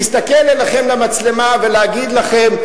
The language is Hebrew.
להסתכל אליכם למצלמה ולהגיד לכם: